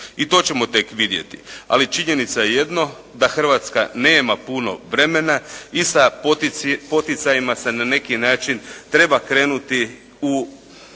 I to ćemo tek vidjeti. Ali činjenica je jedno, da Hrvatska nema puno vremena i sa poticajima se na neki način treba krenuti u